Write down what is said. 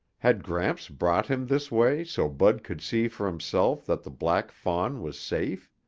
had gramps brought him this way so bud could see for himself that the black fawn was safe?